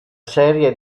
serie